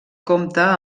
compta